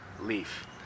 leaf